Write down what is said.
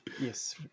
yes